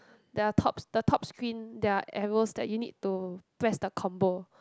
there are tops the top screen there are arrows that you need to press the combo